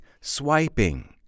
swiping